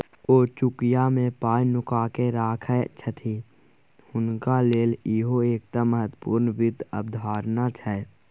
ओ चुकिया मे पाय नुकाकेँ राखय छथि हिनका लेल इहो एकटा महत्वपूर्ण वित्त अवधारणा छै